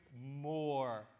more